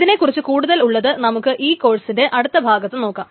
ഇതിനെ കുറിച്ച് കൂടുതൽ ഉള്ളത് നമുക്ക് ഈ കോഴ്സിന്റെ അടുത്ത ഭാഗത്തു നോക്കാം